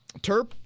Terp